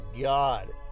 god